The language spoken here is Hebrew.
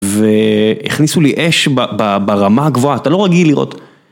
והכניסו לי אש ברמה הגבוהה, אתה לא רגיל לראות.